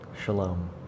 Shalom